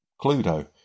Cluedo